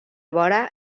vora